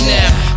Now